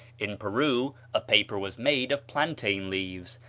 in peru a paper was made of plantain leaves,